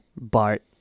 Bart